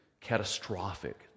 catastrophic